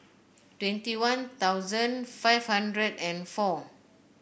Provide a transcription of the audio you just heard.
twenty One Thousand five hundred and four